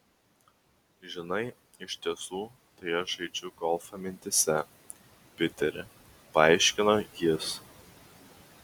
žinai iš tiesų tai aš žaidžiau golfą mintyse piteri paaiškino jis